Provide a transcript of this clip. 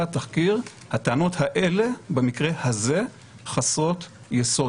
התחקיר: הטענות האלה במקרה הזה חסרות יסוד.